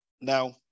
Now